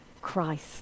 Christ